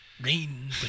Rain